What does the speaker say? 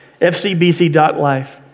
fcbc.life